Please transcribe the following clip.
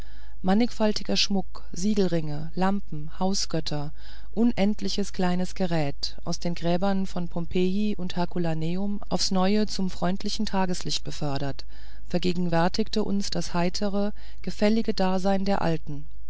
mannigfaltiger schmuck siegelringe lampen hausgötter unendliches kleines gerät aus den gräbern von pompeji und herkulaneum auf's neue zum freundlichen tageslicht gefördert vergegenwärtigte uns das heitere gefällige dasein der alten